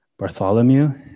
Bartholomew